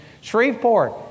Shreveport